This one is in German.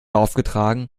aufgetragen